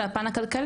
אלא על הפן הכלכלי.